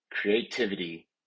creativity